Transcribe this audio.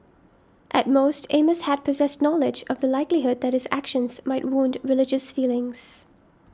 at most Amos had possessed knowledge of the likelihood that his actions might wound religious feelings